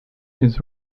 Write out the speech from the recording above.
his